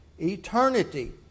eternity